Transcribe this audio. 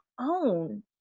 own